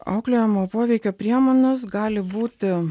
auklėjamojo poveikio priemonės gali būti